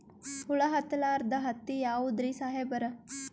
ಹುಳ ಹತ್ತಲಾರ್ದ ಹತ್ತಿ ಯಾವುದ್ರಿ ಸಾಹೇಬರ?